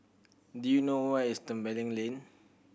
do you know where is Tembeling Lane